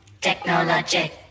technologic